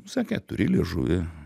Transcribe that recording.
sakė turi liežuvį